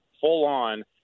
full-on